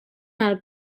alt